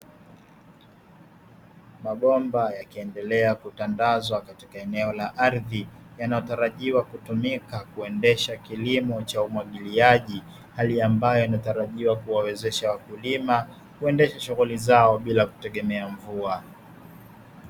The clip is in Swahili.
Mabomba yakiendelea kukutandazwa katika eneo la ardhi, yanayo tarajiwa kutumika kuendesha kilimo cha umwagiliaji, hali ambayo inatarajiwa kuwawezesha wakulima, kuendesha shughuli zao bila kutegemea mvua.